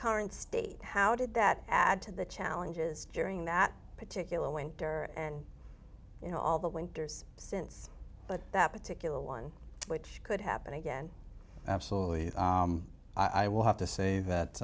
current state how did that add to the challenges during that particular winter and you know all the winters since but that particular one which could happen again absolutely i will have to say that